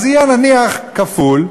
אז יהיה נניח כפול.